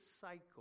cycle